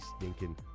stinking